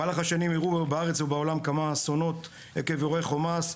במהלך השנים אירעו בארץ ובעולם כמה אסונות עקב אירועי חומ"ס.